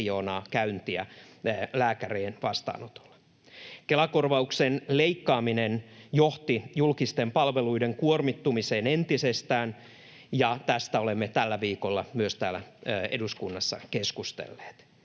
käyntiä lääkärin vastaanotolle. Kela-korvauksen leikkaaminen johti julkisten palveluiden kuormittumiseen entisestään. Tästä olemme tällä viikolla myös täällä eduskunnassa keskustelleet.